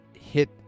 hit